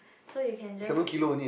so you can just